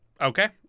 Okay